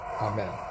Amen